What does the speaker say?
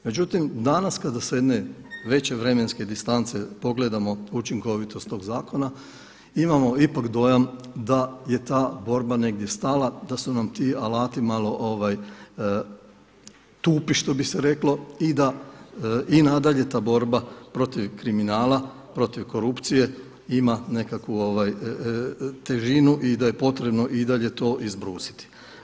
Međutim, danas kada sa jedne vremenske distance pogledamo učinkovitost tog zakona, imamo ipak dojam da je ta borba negdje stala, da su nam ti alati malo tupi što bi se reklo i nadalje ta borba protiv kriminala, protiv korupcije ima nekakvu težinu i da je potrebno i dalje to izbrusiti.